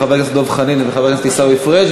חבר הכנסת דב חנין וחבר הכנסת עיסאווי פריג',